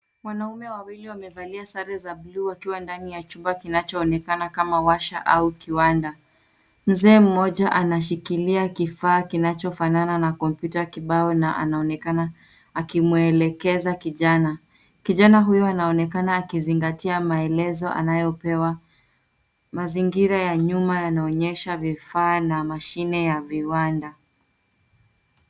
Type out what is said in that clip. Wanaume wawili wamevalia sare za buluu wakiwa ndani ya chumba kinachoonekana kama washa au kiwanda. Mzee mmoja anashikilia kifaa kinachofanana na kompyuta kibao na anaonekana akimwelekeza kijana. Kijana huyu anaonekana akizingatia maelezo anayopewa. Mazingira ya nyuma yanaonyesha vifaa na mashine ya viwanda.